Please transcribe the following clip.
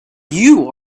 you